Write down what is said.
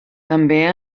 també